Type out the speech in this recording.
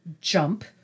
jump